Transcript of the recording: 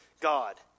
God